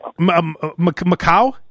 Macau